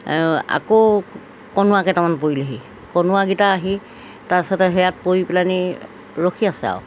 আকৌ কনুৱাকেইটামান পৰিলহি কনুৱাকেইটা আহি তাৰপিছতে সেয়াত পৰি পেলানি ৰখি আছে আৰু